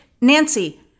Nancy